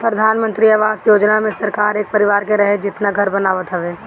प्रधानमंत्री आवास योजना मे सरकार एक परिवार के रहे जेतना घर बनावत हवे